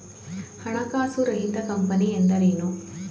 ಹಣಕಾಸು ರಹಿತ ಕಂಪನಿ ಎಂದರೇನು?